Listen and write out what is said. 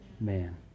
Man